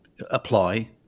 apply